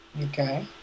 Okay